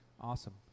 Awesome